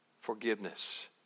forgiveness